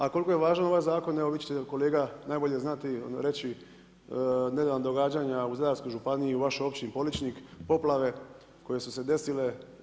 A koliko je važan ovaj zakon evo vi ćete kolega najbolje znati reći nedavna događanja u Zadarskoj županiji, u vašoj općini Poličnik poplave koje su se desile.